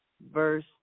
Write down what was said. verse